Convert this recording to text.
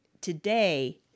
Today